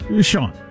Sean